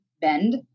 Bend